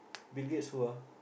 Bill-Gates who ah